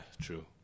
true